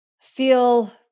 feel